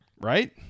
right